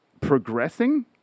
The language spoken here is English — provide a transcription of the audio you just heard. progressing